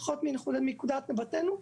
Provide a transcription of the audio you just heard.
לפחות מנקודת מבטנו.